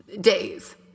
days